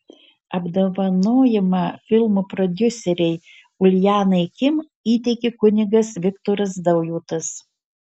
apdovanojimą filmo prodiuserei uljanai kim įteikė kunigas viktoras daujotas